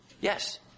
Yes